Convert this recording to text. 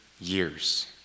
years